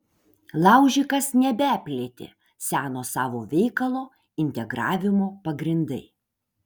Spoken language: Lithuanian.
laužikas nebeplėtė seno savo veikalo integravimo pagrindai